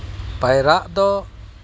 ᱯᱟᱭᱨᱟᱜ ᱫᱚ